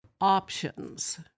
options